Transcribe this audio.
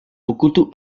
pokutu